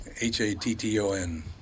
H-A-T-T-O-N